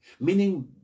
meaning